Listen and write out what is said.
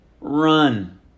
run